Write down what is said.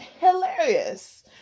Hilarious